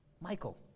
michael